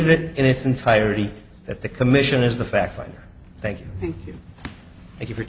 it in its entirety at the commission is the fact father thank you thank you thank you for